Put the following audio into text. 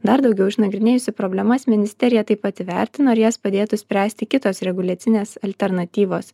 dar daugiau išnagrinėjusi problemas ministerija taip pat įvertino ar jas padėtų spręsti kitos reguliacinės alternatyvos